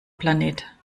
planet